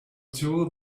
tool